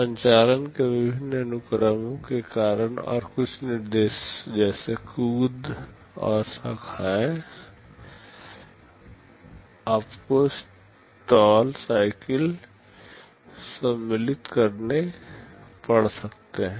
संचालन के विभिन्न अनुक्रमों के कारण और कुछ निर्देश जैसे कूद और शाखाएँ आपको स्टाल साइकिल सम्मिलित करने पड़ सकते हैं